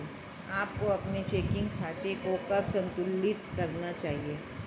आपको अपने चेकिंग खाते को कब संतुलित करना चाहिए?